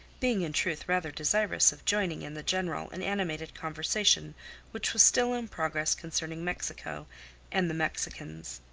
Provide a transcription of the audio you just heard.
being in truth rather desirous of joining in the general and animated conversation which was still in progress concerning mexico and the mexicans.